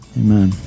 Amen